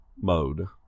mode